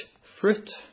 fruit